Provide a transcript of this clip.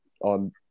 on